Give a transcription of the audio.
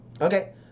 okay